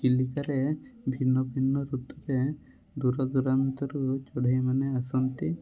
ଚିଲିକାରେ ଭିନ୍ନ ଭିନ୍ନ ଋତୁରେ ଦୂର ଦୂରାନ୍ତରୁ ଚଢ଼େଇମାନେ ଆସନ୍ତି